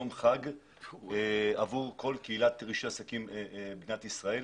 יום חג עבור כל קהילת רישוי העסקים במדינת ישראל.